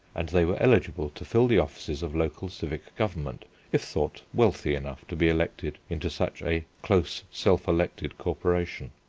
and they were eligible to fill the offices of local civic government if thought wealthy enough to be elected into such a close self-elected corporation.